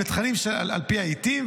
בתכנים על פי העיתים,